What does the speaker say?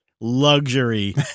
luxury